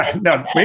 no